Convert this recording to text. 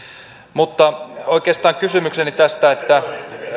mutta oikeastaan kysymykseni on tästä että